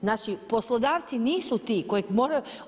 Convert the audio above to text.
Znači poslodavci nisu ti koji moraju.